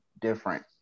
different